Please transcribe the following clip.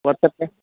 కొత్తది